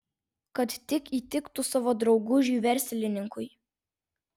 kad tik įtiktų savo draugužiui verslininkui